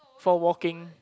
for walking